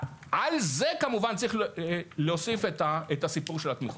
על זה כמובן צריך להוסיף את הסיפור של התמיכות.